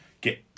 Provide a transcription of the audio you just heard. get